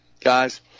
Guys